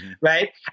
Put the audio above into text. right